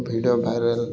video viral